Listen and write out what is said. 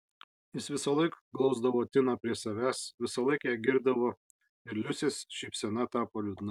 jis visąlaik glausdavo tiną prie savęs visąlaik ją girdavo ir liusės šypsena tapo liūdna